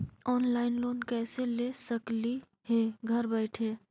Online loan कैसे ले सकली हे घर बैठे?